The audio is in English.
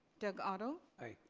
doug otto? aye.